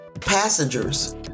passengers